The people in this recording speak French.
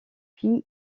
puis